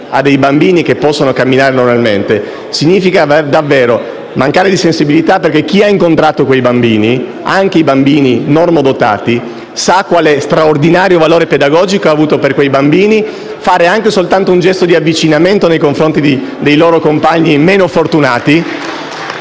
a dei bambini che possono camminare normalmente, significa davvero mancare di sensibilità, perché chi ha incontrato quei bambini, anche i bambini normodotati, sa quale straordinario valore pedagogico ha avuto per loro fare anche soltanto un gesto di avvicinamento nei confronti dei loro compagni meno fortunati